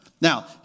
Now